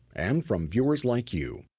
and from viewers like you!